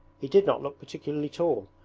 he did not look particularly tall,